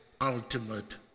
ultimate